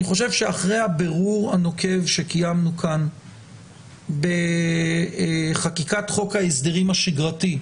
אני חושב שאחרי הבירור הנוקב שקיימנו כאן בחקיקת חוק ההסדרים השגרתי,